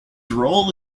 role